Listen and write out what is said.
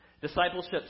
Discipleship